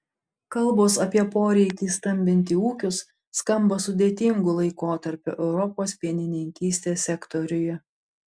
kalbos apie poreikį stambinti ūkius skamba sudėtingu laikotarpiu europos pienininkystės sektoriuje